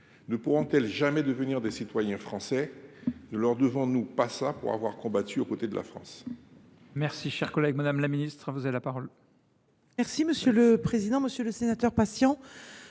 Ne pourront elles jamais devenir des citoyens français ? Ne leur devons nous pas cela pour avoir combattu de côté de la France ?